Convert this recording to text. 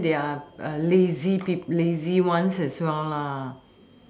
then they are uh lazy peo~ lazy ones as well lah